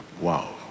Wow